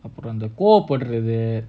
அப்பறம்அந்தகோவபடுறது:appuram antha koova paduradhu